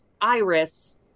Iris